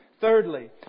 Thirdly